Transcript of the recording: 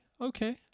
okay